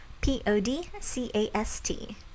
p-o-d-c-a-s-t